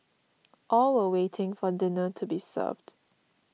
all were waiting for dinner to be served